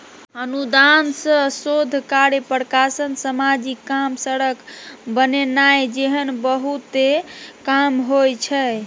अनुदान सँ शोध कार्य, प्रकाशन, समाजिक काम, सड़क बनेनाइ जेहन बहुते काम होइ छै